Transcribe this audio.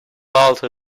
alto